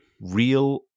real